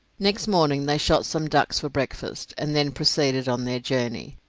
next morning they shot some ducks for breakfast, and then proceeded on their journey.